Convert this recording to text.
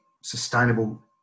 sustainable